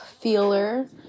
feeler